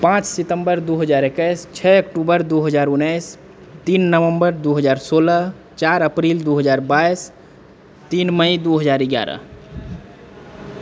पांँच सितम्बर दू हजार एकैस छओ अक्टूबर दू हजार उन्नैस तीन नवंबर दू हजार सोलह चारि अप्रील दू हजार बाईस तीन मई दू हजार बारह